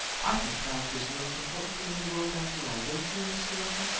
i think character's the most important thing in the world, after all, don't you, mr. russell?